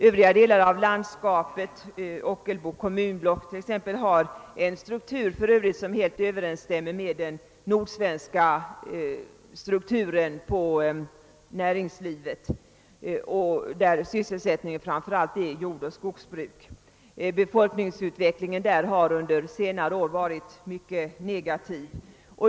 Övriga delar av landskapet, t.ex. Ockelbo kommunblock, har en struktur som helt överensstämmer med den nordsvenska näringslivsstrukturen. Sysselsättningen är framför allt jordoch skogsbruk. Befolkningsutvecklingen har under senare år varit mycket negativ.